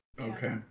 Okay